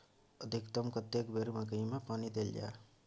अधिकतम कतेक बेर मकई मे पानी देल जाय?